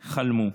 חלמו.